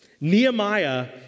Nehemiah